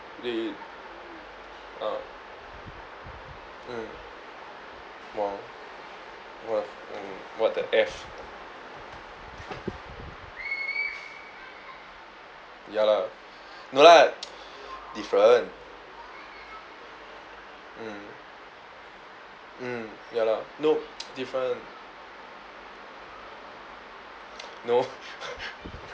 they uh mm orh what the f~ mm what the F ya lah no lah different um um ya lah no different no